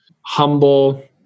humble